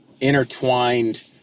intertwined